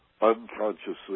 unconsciously